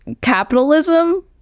capitalism